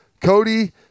Cody